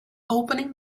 opening